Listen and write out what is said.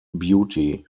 beauty